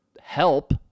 help